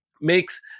makes